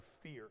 fear